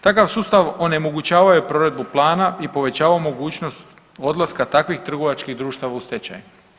Takav sustav onemogućavao je provedbu plana i povećavao mogućnost odlaska takvih trgovačkih društava u stečaj.